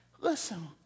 Listen